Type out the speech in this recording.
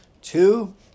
Two